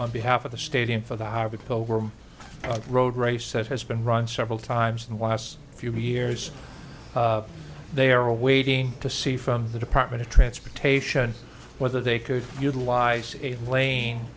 on behalf of the stadium for the havoc over road race that has been run several times in the last few years they are waiting to see from the department of transportation whether they could utilize a la